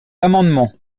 amendement